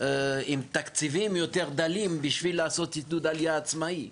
עם תקציבים יותר דלים בשביל לעשות עידוד עלייה עצמאי.